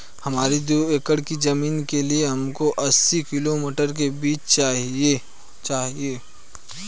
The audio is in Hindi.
हमारी दो एकड़ की जमीन के लिए हमको अस्सी किलो मटर के बीज चाहिए होंगे